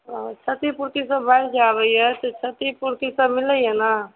हँ क्षतिपूर्ति सब बाढ़ि जे आबैया से क्षतिपूर्ति सब मिलैया ने